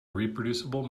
reproducible